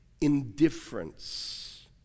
indifference